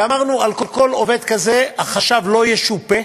ואמרנו שעל כל עובד כזה החשב לא ישופה,